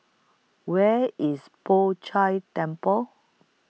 Where IS Poh Chai Temple